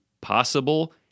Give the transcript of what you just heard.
possible